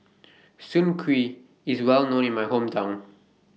Soon Kuih IS Well known in My Hometown